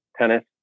tennis